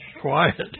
quiet